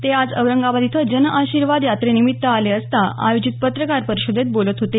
ते आज औरंगाबाद इथं जन आर्शिवाद यात्रेनिमित्त आले असता आयोजित पत्रकार परिषदेत बोलत होते